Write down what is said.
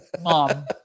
Mom